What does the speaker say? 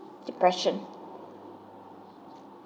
depression